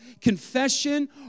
confession